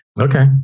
Okay